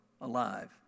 alive